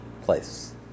place